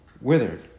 withered